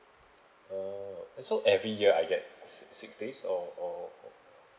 oh so every year I get six days or or